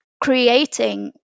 creating